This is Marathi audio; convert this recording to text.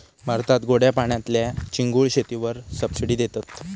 भारतात गोड्या पाण्यातल्या चिंगूळ शेतीवर सबसिडी देतत